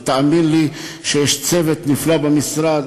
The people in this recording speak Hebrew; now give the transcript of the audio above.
ותאמין לי שיש צוות נפלא במשרד,